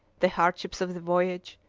the hardships of the voyage,